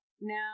now